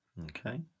Okay